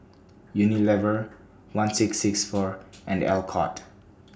Unilever one six six four and Alcott